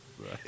right